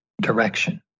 direction